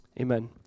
amen